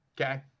Okay